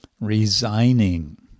Resigning